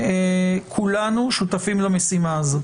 כולנו שותפים למשימה הזו